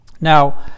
Now